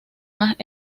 más